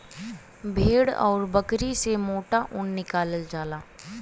भेड़ आउर बकरी से मोटा ऊन निकालल जाला